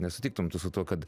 nesutiktum tu su tuo kad